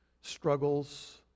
struggles